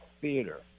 Theater